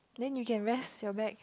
then you can rest your back